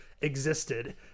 existed